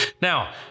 Now